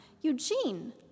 Eugene